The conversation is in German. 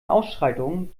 ausschreitungen